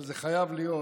אבל זה חייב להיות